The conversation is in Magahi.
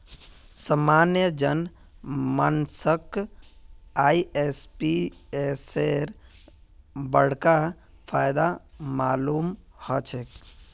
सामान्य जन मानसक आईएमपीएसेर बडका फायदा मालूम ह छेक